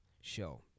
show